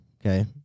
Okay